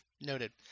Noted